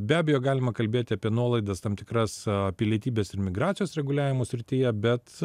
be abejo galima kalbėti apie nuolaidas tam tikras pilietybės ir migracijos reguliavimo srityje bet